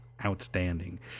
outstanding